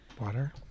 water